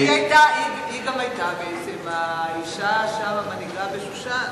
היא גם היתה בעצם האשה שם, המנהיגה בשושן.